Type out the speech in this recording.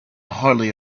hardly